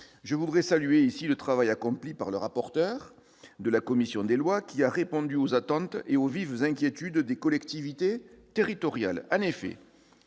Je voudrais saluer ici le travail accompli par la rapporteur de la commission des lois, qui a répondu aux attentes et aux vives inquiétudes des collectivités territoriales.